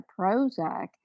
Prozac